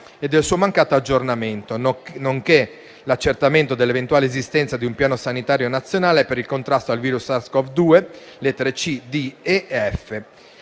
e al suo mancato aggiornamento; nonché l'accertamento dell'eventuale esistenza di un piano sanitario nazionale per il contrasto al virus SARS-CoV-2 (lettere *c*, *d*,